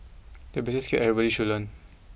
it's a basic skill everybody should learn